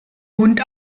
hund